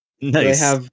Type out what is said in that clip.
Nice